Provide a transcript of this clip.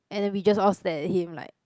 and then we just all stare at him like